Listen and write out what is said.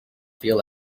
feel